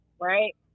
right